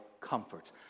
comfort